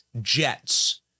jets